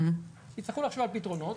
יצטרכו לחשוב על פתרונות,